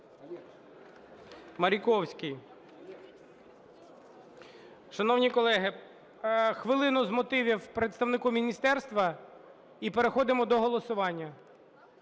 Маріковський. Шановні колеги, хвилину з мотивів представнику міністерства - і переходимо до голосування.